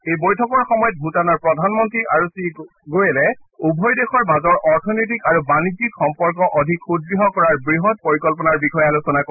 এই বৈঠকৰ সময়ত ভূটানৰ প্ৰধানমন্ত্ৰী আৰু শ্ৰীগোৱেলে উভয় দেশৰ মাজৰ অৰ্থনৈতিক আৰু বাণিজ্যিক সম্পৰ্ক অধিক সুদ্য় কৰাৰ বৃহৎ পৰিকল্পনাৰ বিষয়ে আলোচনা কৰে